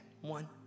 One